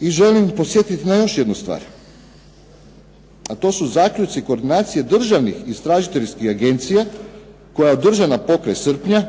I želim podsjetiti na još jednu stvar, a to su zaključci koordinacije državnih istražiteljskih agencija koja je održana potkraj srpnja,